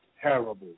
terrible